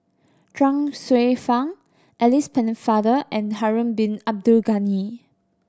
Chuang Hsueh Fang Alice Pennefather and Harun Bin Abdul Ghani